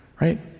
right